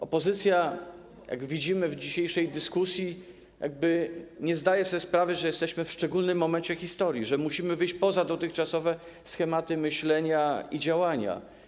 Opozycja, jak widzimy w dzisiejszej dyskusji, nie zdaje sobie sprawy, że jesteśmy w szczególnym momencie historii, że musimy wyjść poza dotychczasowe schematy myślenia i działania.